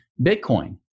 Bitcoin